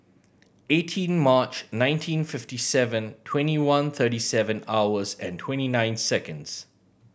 eighteen March nineteen fifty seven twenty one thirty seven hours and twenty nine seconds